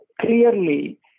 clearly